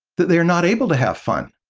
that they are not able to have fun,